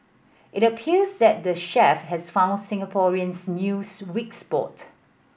it appears that the chef has found Singaporeans new weak spot